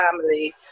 family